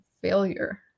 failure